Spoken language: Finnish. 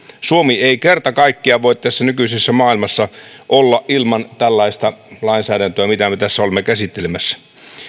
suomi ei kerta kaikkiaan voi tässä nykyisessä maailmassa olla ilman tällaista lainsäädäntöä mitä me tässä olemme käsittelemässä